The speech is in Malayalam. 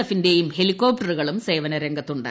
എഫിന്റെയും ഹെലികോപ്ടറുകളും സേവനരംഗത്തുണ്ട്